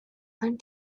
and